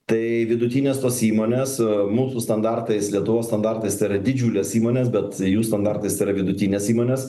tai vidutinės tos įmonės mūsų standartais lietuvos standartais tai yra didžiulės įmonės bet jų standartais tai yra vidutinės įmonės